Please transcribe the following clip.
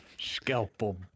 scalpel